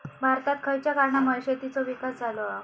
भारतात खयच्या कारणांमुळे शेतीचो विकास झालो हा?